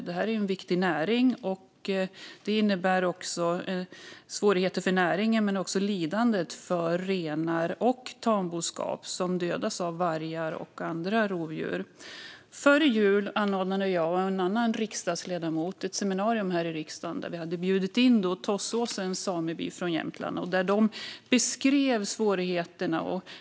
Detta är en viktig näring, och situationen innebär svårigheter för näringen och lidande för renar och tamboskap som dödas av vargar och andra rovdjur. Före jul anordnade jag och en annan riksdagsledamot ett seminarium här i riksdagen där vi hade bjudit in Tåssåsens sameby från Jämtland. De beskrev svårigheterna.